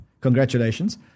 congratulations